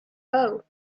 bow